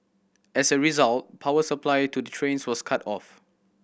as a result power supply to the trains was cut off